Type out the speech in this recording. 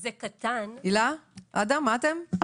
זה קטן, אבל זה מאוד עקרוני.